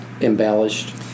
embellished